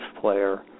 player